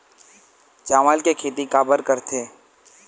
चावल के खेती काबर करथे?